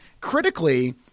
critically –